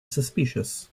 suspicious